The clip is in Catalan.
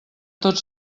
tot